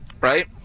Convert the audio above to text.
Right